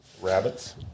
rabbits